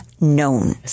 known